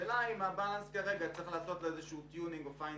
השאלה היא אם יש למצב את האיזון בצורה טובה יותר.